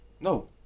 No